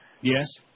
Yes